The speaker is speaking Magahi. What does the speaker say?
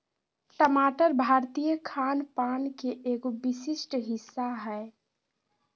टमाटर भारतीय खान पान के एगो विशिष्ट हिस्सा हय